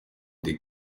des